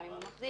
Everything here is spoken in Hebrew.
גם אם זה מחזיק.